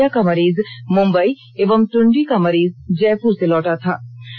वहीं झरिया का मरीज मुंबई एवं ट्ंडी का मरीज जयपुर से लौटा था